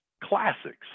classics